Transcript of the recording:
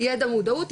ידע ומודעות,